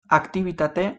aktibitate